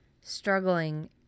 struggling